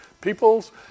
Peoples